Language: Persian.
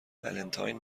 ولنتاین